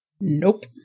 Nope